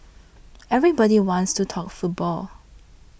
everybody wants to talk football